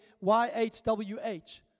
Y-H-W-H